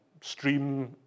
stream